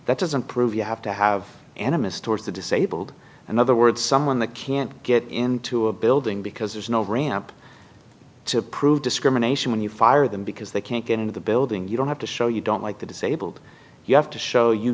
that doesn't prove you have to have animist towards the disabled in other words someone the can't get into a building because there's no ramp to prove discrimination when you fire them because they can't get into the building you don't have to show you don't like the disabled you have to show you